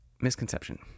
Misconception